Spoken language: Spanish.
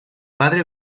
padre